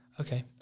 Okay